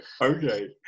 Okay